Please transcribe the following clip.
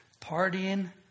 partying